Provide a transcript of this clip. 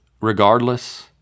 regardless